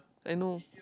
I know